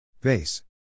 Base